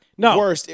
No